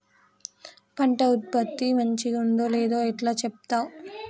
పంట ఉత్పత్తి మంచిగుందో లేదో ఎట్లా చెప్తవ్?